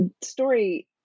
story